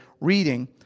reading